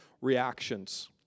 reactions